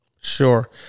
Sure